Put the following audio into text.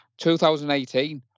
2018